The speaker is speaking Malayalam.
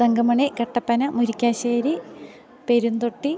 തങ്കമണി കട്ടപ്പന മുരിക്കാശ്ശേരി പെരുന്തൊട്ടി